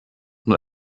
nur